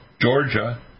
Georgia